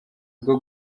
bwo